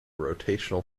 rotational